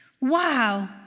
Wow